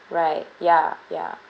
right ya ya